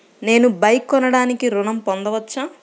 నేను బైక్ కొనటానికి ఋణం పొందవచ్చా?